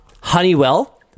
Honeywell